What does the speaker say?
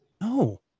no